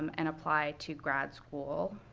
and apply to grad school.